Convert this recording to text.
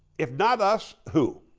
if not us, who?